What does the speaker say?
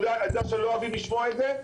אני יודע שלא אוהבים לשמוע את זה,